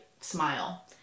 smile